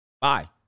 Bye